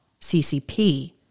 CCP